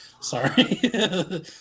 Sorry